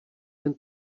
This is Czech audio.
jen